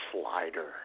slider